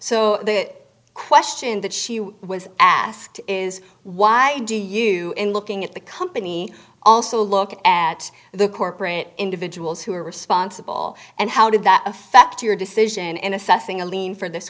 so the question that she was asked is why do you in looking at the company also look at the corporate individuals who were responsible and how did that affect your decision in assessing a lien for this